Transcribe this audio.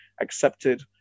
accepted